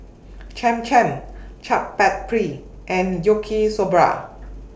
Cham Cham Chaat Papri and Yaki Soba